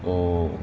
oh